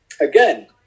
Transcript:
Again